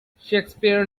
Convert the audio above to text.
shakespeare